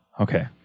Okay